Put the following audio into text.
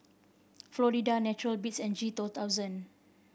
Florida Natural Beats and G two thousand